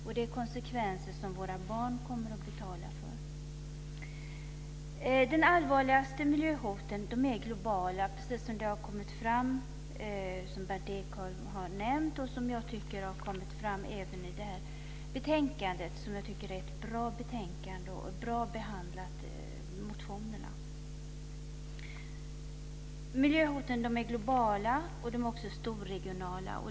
Det är konsekvenser som våra barn kommer att betala för. De allvarligaste miljöhoten är globala, precis som det har kommit fram, som Berndt Ekholm har nämnt och som jag tycker har kommit fram även i betänkandet. Jag tycker att det är ett bra betänkande och att motionerna har blivit bra behandlade. Miljöhoten är globala och storregionala.